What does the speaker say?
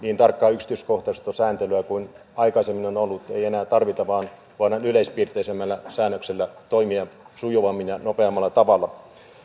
niin tarkkaa yksityiskohtaista sääntelyä kuin aikaisemmin on ollut ei enää tarvita vaan voidaan yleispiirteisemmällä säännöksellä toimia sujuvammin ja nopeammalla tavalla